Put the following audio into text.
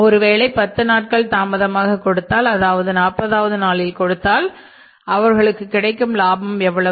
ஒருவேளை பத்து நாட்கள் தாமதமாக கொடுத்தால் அதாவது 40வது நாளில் கொடுத்தால் அவர்களுக்கு கிடைக்கும் லாபம் எவ்வளவு